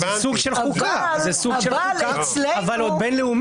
זה סוג של חוקה אבל בין-לאומי.